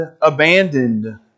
abandoned